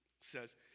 says